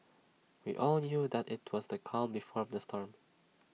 we all knew that IT was the calm before the storm